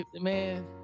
man